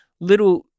little